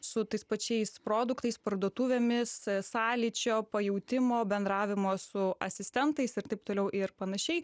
su tais pačiais produktais parduotuvėmis sąlyčio pajautimo bendravimo su asistentais ir taip toliau ir panašiai